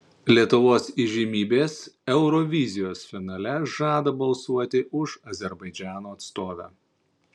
lietuvos įžymybės eurovizijos finale žada balsuoti už azerbaidžano atstovę